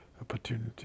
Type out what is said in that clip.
opportunity